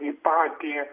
į patį